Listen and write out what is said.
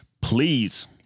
Please